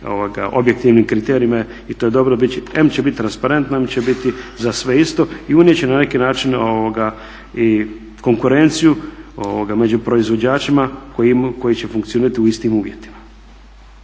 objektivnim kriterijima. I to je dobro em će biti transparentno, em će biti za sve isto i unijet će na neki način i konkurenciju među proizvođačima koji će funkcionirati u istim uvjetima.